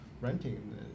renting